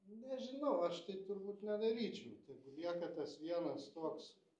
nežinau aš tai turbūt nedaryčiau tegu lieka tas vienas toks